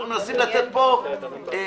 אנחנו מנסים לתת פה פתרון.